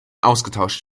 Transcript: ausgetauscht